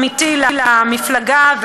עמיתי למפלגה,